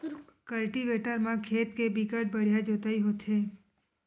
cultivator म खेत के बिकट बड़िहा जोतई होथे